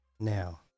Now